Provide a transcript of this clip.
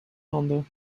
handen